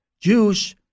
jews